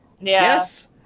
Yes